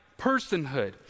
personhood